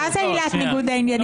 מה זה עילת ניגוד העניינים?